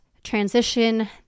transition